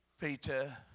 Peter